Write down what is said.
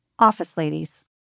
OfficeLadies